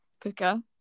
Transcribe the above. cooker